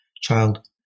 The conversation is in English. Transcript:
child